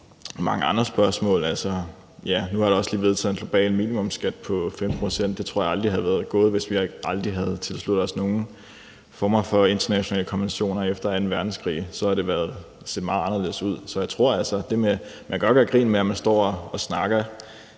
mange andre spørgsmål. Nu er der jo også lige blevet vedtaget en global minimumsskat på 5 pct. Det tror jeg aldrig ville være gået, hvis vi ikke havde tilsluttet os nogen former for internationale konventioner efter anden verdenskrig; så havde det set meget anderledes ud. Så man kan godt gøre grin med, at man står og snakker